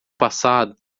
passado